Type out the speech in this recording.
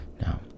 Now